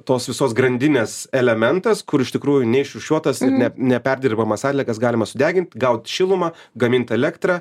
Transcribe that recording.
tos visos grandinės elementas kur iš tikrųjų neišrūšiuotas ir ne neperdirbamas atliekas galima sudegint gaut šilumą gamint elektrą